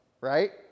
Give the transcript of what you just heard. right